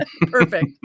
Perfect